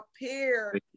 appear